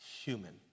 human